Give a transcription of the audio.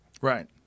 right